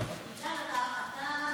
גדעון סער.